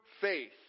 faith